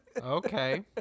Okay